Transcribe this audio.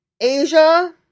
Asia